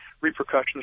repercussions